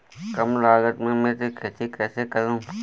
कम लागत में मिर्च की खेती कैसे करूँ?